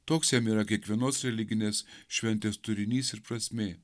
toks jam yra kiekvienos religinės šventės turinys ir prasmė